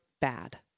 BAD